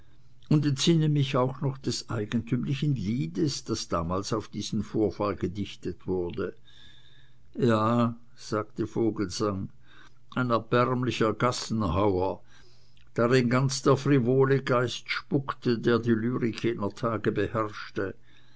und entsinne mich auch noch des eigentümlichen liedes das da mals auf diesen vorfall gedichtet wurde ja sagte vogelsang ein erbärmlicher gassenhauer darin ganz der frivole geist spukte der die lyrik jener tage beherrschte